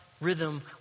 rhythm